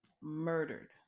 murdered